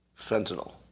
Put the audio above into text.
fentanyl